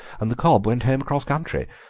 and the cob went home across country.